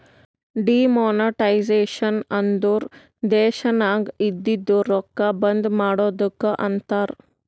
demonetisation ಅಂದುರ್ ದೇಶನಾಗ್ ಇದ್ದಿದು ರೊಕ್ಕಾ ಬಂದ್ ಮಾಡದ್ದುಕ್ ಅಂತಾರ್